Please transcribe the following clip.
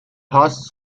هاست